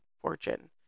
fortune